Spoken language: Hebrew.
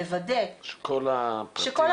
לוודא עם עוד